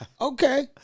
Okay